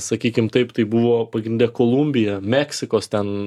sakykim taip tai buvo pagrinde kolumbija meksikos ten